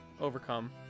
overcome